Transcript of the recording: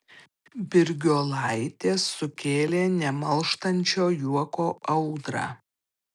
birgiolaitės sukėlė nemalštančio juoko audrą